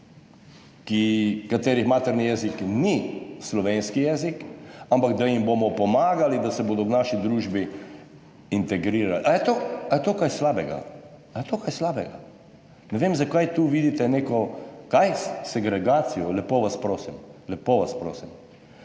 katerih materni jezik ni slovenski jezik, ampak da jim bomo pomagali, da se bodo v naši družbi integrirali. Ali je to, ali je to kaj slabega? Ne vem, zakaj tu vidite neko … Kaj? Segregacijo? Lepo vas prosim.